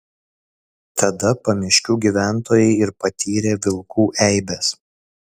tada pamiškių gyventojai ir patyrė vilkų eibes